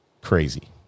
crazy